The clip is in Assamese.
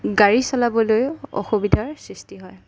গাড়ী চলাবলৈও অসুবিধাৰ সৃষ্টি হয়